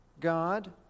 God